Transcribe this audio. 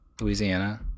Louisiana